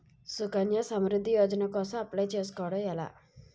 సుకన్య సమృద్ధి యోజన కోసం అప్లయ్ చేసుకోవడం ఎలా?